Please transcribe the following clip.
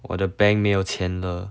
我的 bank 没有钱了